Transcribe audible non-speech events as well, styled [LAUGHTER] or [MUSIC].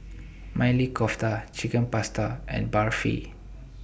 [NOISE] Maili Kofta Chicken Pasta and Barfi